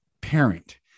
parent